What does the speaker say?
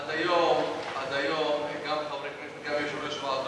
עד היום גם חברי כנסת, גם יושבי-ראש ועדות,